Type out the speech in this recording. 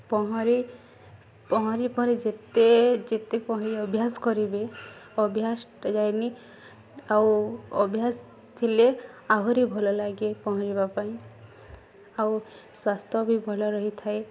ପହଁରି ପହଁରି ପହଁରି ଯେତେ ଯେତେ ପହଁରି ଅଭ୍ୟାସ କରିବେ ଅଭ୍ୟାସ ଯାଏନି ଆଉ ଅଭ୍ୟାସ ଥିଲେ ଆହୁରି ଭଲ ଲାଗେ ପହଁରିବା ପାଇଁ ଆଉ ସ୍ୱାସ୍ଥ୍ୟ ବି ଭଲ ରହିଥାଏ